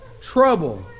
trouble